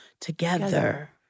together